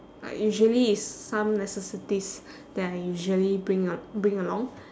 like usually is some necessities that I usually bring a~ bring along